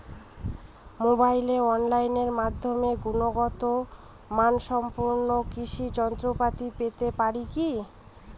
মোবাইলে অনলাইনের মাধ্যমে গুণগত মানসম্পন্ন কৃষি যন্ত্রপাতি পেতে পারি কি?